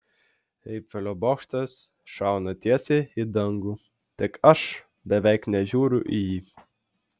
eifelio bokštas šauna tiesiai į dangų tik aš beveik nežiūriu į jį